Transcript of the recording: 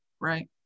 right